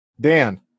Dan